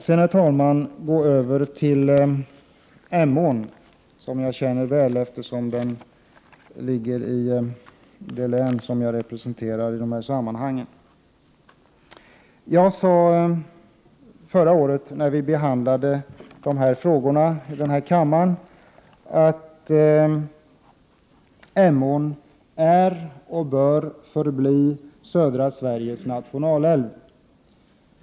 Låt mig sedan gå över till att kommentera Emån, som jag är väl bekant med, eftersom den ligger i det län som jag representerar i dessa sammanhang. Jag sade vid förra årets behandling av dessa frågor att Emån är och bör förbli södra Sveriges nationalälv.